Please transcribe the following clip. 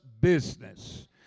business